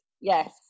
Yes